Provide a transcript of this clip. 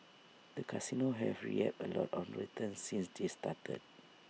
the casinos have reaped A lot of returns since they started